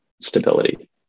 stability